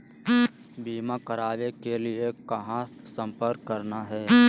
बीमा करावे के लिए कहा संपर्क करना है?